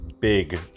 big